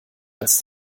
als